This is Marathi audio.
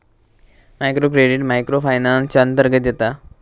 मायक्रो क्रेडिट मायक्रो फायनान्स च्या अंतर्गत येता